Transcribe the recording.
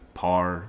par